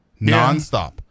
nonstop